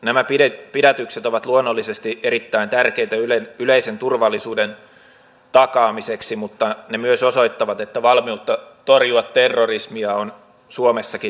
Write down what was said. nämä pidätykset ovat luonnollisesti erittäin tärkeitä yleisen turvallisuuden takaamiseksi mutta ne myös osoittavat että valmiutta torjua terrorismia on suomessakin nostettava edelleen